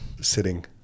sitting